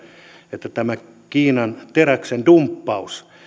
että tämä kiinan teräksen dumppaus